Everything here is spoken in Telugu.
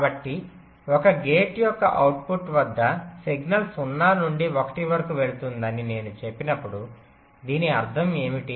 కాబట్టి ఒక గేట్ యొక్క అవుట్పుట్ వద్ద సిగ్నల్ 0 నుండి 1 వరకు వెళుతుందని నేను చెప్పినప్పుడు దీని అర్థం ఏమిటి